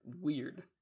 weird